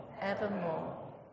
Evermore